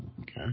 Okay